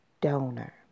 donor